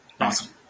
Awesome